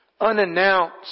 unannounced